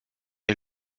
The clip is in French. est